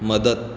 मदत